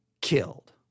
killed